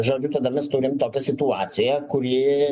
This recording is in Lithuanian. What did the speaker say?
žodžių tada mes turime tokią situaciją kuri